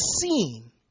seen